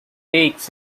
takes